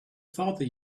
father